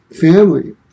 family